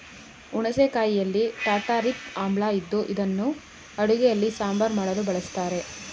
ಹುಣಸೆ ಕಾಯಿಯಲ್ಲಿ ಟಾರ್ಟಾರಿಕ್ ಆಮ್ಲ ಇದ್ದು ಇದನ್ನು ಅಡುಗೆಯಲ್ಲಿ ಸಾಂಬಾರ್ ಮಾಡಲು ಬಳಸ್ತರೆ